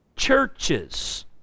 Churches